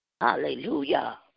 hallelujah